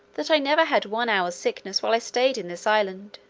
that i never had one hours sickness while i stayed in this island.